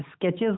sketches